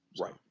Right